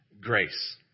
Grace